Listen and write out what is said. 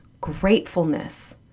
gratefulness